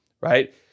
right